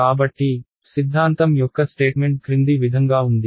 కాబట్టి సిద్ధాంతం యొక్క స్టేట్మెంట్ క్రింది విధంగా ఉంది